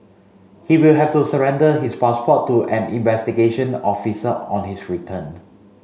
he will have to surrender his passport to an investigation officer on his return